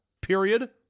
period